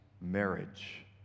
marriage